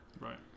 right